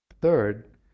Third